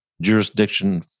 jurisdiction